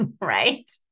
right